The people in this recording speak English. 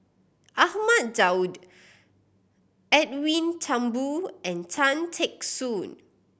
Ahmad Daud Edwin Thumboo and Tan Teck Soon